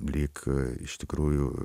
lyg iš tikrųjų